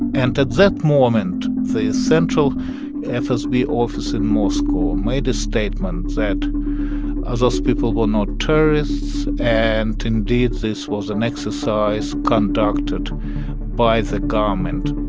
and at that moment, the central fsb office in moscow made a statement that ah those people were not terrorists, and indeed, this was an exercise conducted by the government.